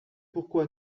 pourquoi